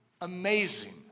amazing